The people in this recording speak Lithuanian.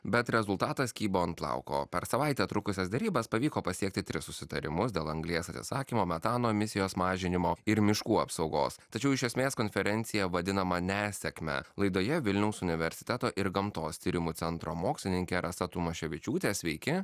bet rezultatas kybo ant plauko per savaitę trukusias derybas pavyko pasiekti tris susitarimus dėl anglies atsisakymo metano emisijos mažinimo ir miškų apsaugos tačiau iš esmės konferencija vadinama nesėkme laidoje vilniaus universiteto ir gamtos tyrimų centro mokslininkė rasa tumaševičiūtė sveiki